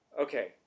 okay